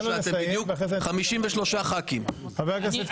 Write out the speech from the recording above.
53 חברי כנסת.